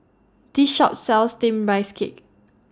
This Shop sells Steamed Rice Cake